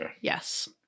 Yes